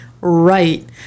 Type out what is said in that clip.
right